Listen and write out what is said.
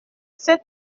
cet